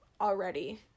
already